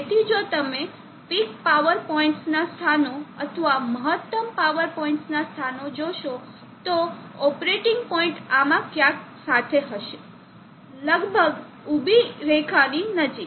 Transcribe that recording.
તેથી જો તમે પીક પાવર પોઇન્ટ્સના સ્થાનો અથવા મહત્તમ પાવર પોઇન્ટ્સના સ્થાનો જોશો તો ઓપરેટિંગ પોઇન્ટ આમાં ક્યાંક સાથે હશે લગભગ ઊભી રેખાની નજીક